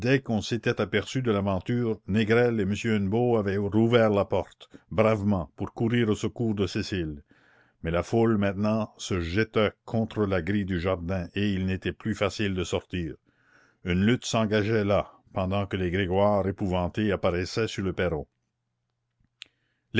qu'on s'était aperçu de l'aventure négrel et m hennebeau avaient rouvert la porte bravement pour courir au secours de cécile mais la foule maintenant se jetait contre la grille du jardin et il n'était plus facile de sortir une lutte s'engageait là pendant que les grégoire épouvantés apparaissaient sur le perron